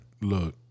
look